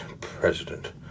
president